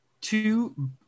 Two